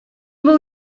был